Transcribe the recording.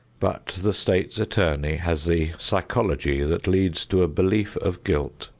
but the state's attorney has the psychology that leads to a belief of guilt,